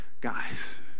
guys